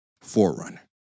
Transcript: forerunner